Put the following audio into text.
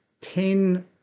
ten